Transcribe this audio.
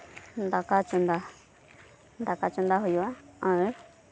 ᱫᱟᱠᱟ ᱪᱚᱸᱫᱟ ᱫᱟᱠᱟ ᱪᱚᱸᱫᱟ ᱦᱳᱭᱳᱜᱼᱟ ᱟᱨ